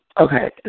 Okay